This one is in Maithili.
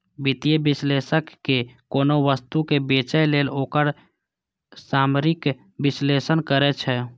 वित्तीय विश्लेषक कोनो वस्तु कें बेचय लेल ओकर सामरिक विश्लेषण करै छै